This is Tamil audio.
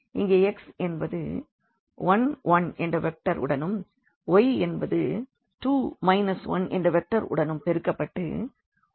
இங்கே x என்பது 1 1 என்ற வெக்டர் உடனும் y என்பது 2 1 என்ற வெக்டர் உடனும் பெருக்கப்பட்டு 4 1 க்கு சமமாயிருக்கிறது